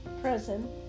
present